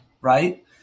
Right